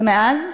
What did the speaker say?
ומאז,